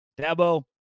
Dabo